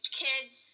kids